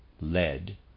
lead